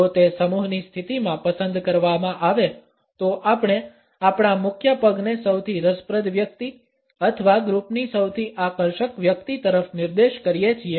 જો તે સમૂહની સ્થિતિમાં પસંદ કરવામાં આવે તો આપણે આપણા મુખ્ય પગને સૌથી રસપ્રદ વ્યક્તિ અથવા ગ્રુપની સૌથી આકર્ષક વ્યક્તિ તરફ નિર્દેશ કરીએ છીએ